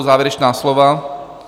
Závěrečná slova?